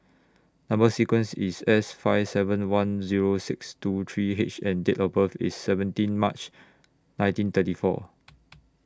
Number sequence IS S five seven one Zero six two three H and Date of birth IS seventeen March nineteen thirty four